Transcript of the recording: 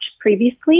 previously